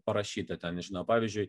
parašyta ten nežinau pavyzdžiui